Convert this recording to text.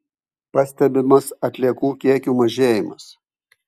pastebimas atliekų kiekių mažėjimas